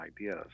ideas